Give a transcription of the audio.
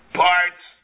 parts